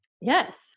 Yes